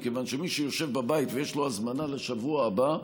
כיוון שמי שיושב בבית ויש לו הזמנה לשבוע הבא,